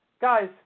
Guys